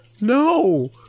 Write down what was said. No